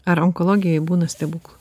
ar onkologijoj būna stebuklų